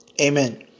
Amen